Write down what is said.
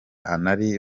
ari